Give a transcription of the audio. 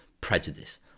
prejudice